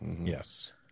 Yes